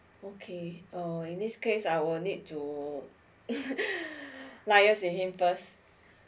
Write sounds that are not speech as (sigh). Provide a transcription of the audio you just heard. okay oh in this case I will need to (laughs) liaise with him first